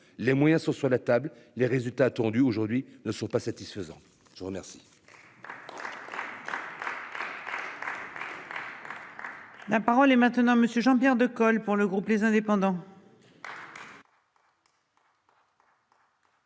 les moyens sont sur la table les résultats attendus aujourd'hui ne sont pas satisfaisants. Je vous remercie.